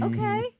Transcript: Okay